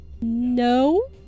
No